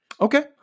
Okay